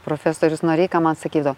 profesorius noreika man sakydavo